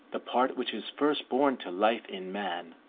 the part which is first born to life in man,